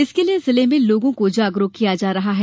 इसके लिये जिले में लोगों को जागरूक किया जा रहा है